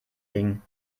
ding